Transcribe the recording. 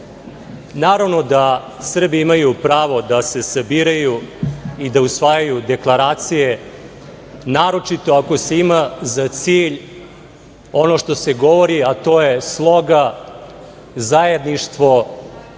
naravno da Srbi imaju pravo da se sabiraju i da usvajaju deklaracije, naročito ako se ima za cilj ono što se govori, a to je sloga, zajedništvo,